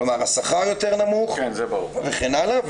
כלומר, השכר יותר נמוך וכן הלאה.